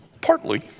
partly